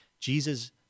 Jesus